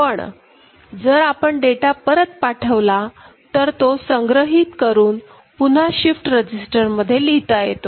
पण जर आपण डेटा परत पाठवला तर तो संग्रहित करून पुन्हा शिफ्ट रजिस्टरमध्ये लिहिता येतो